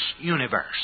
universe